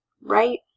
right